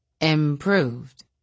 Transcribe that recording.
Improved